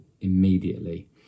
immediately